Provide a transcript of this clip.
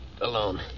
alone